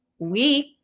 week